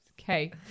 Okay